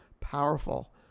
powerful